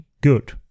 Good